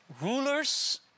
rulers